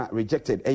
Rejected